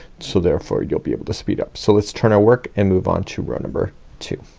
so therefore you'll be able to speed up. so let's turn our work, and move on to row number two.